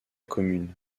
commune